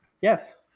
yes